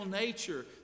nature